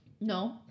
No